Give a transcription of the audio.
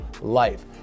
life